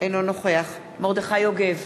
אינו נוכח מרדכי יוגב,